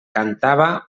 cantava